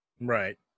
Right